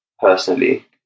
personally